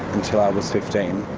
until i was fifteen.